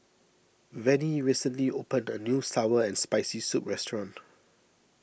Vennie recently opened a new Sour and Spicy Soup restaurant